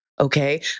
okay